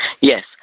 Yes